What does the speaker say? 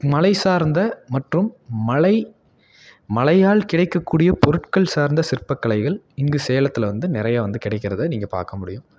மலை சார்ந்த மற்றும் மலை மலையால் கிடைக்கக்கூடிய பொருட்கள் சார்ந்த சிற்பக்கலைகள் இங்கே சேலத்தில் வந்து நிறைய வந்து கிடைக்கிறத நீங்கள் பார்க்க முடியும்